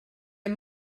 hem